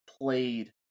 played